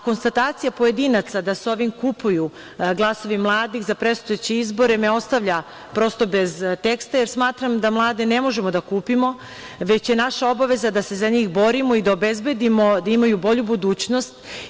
Konstatacija pojedinaca da se ovim kupuju glasovi mladih za predstojeće izbore me ostavlja prosto bez teksta, jer smatram da mlade ne možemo da kupimo, već je naša obaveza da se za njih borimo i da obezbedimo i da imaju bolju budućnost.